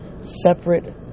separate